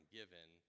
given